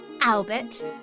Albert